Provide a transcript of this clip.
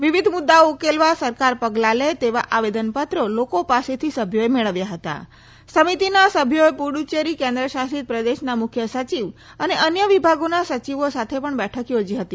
વિવિધ મુદ્દાઓ ઉકેલવા સરકાર પગલા લે તેવા આવેદન પત્રો લોકો પાસેથી સભ્યોએ મેબ્વ્યા સમિતીના સભ્યોએ પુડુચેરી કેન્દ્ર શાસિત પ્રદેશના મુખ્ય સચિવ અને અન્ય વિભાગોના સચીવો સાથે પણ બેઠક યોજી હતી